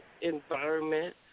environment